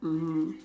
mmhmm